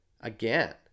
again